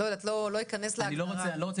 זה אני מוכנה